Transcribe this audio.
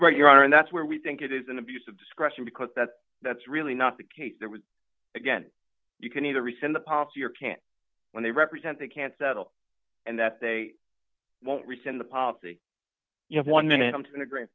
right your honor and that's where we think it is an abuse of discretion because that that's really not the case there was again you can either rescind the policy or can't when they represent they can't settle and that they won't rescind the policy you have one minute i'm to